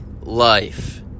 life